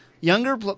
younger